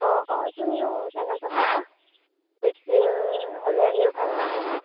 অ' অ' তুমিও তেনেকৈ ক'বা বেছি হ'লে এনেও ভাল লাগে